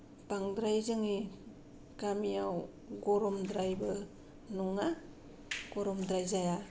बांद्राय जोंनि गामियाव गरमद्रायबो नङा गरमद्राय जाया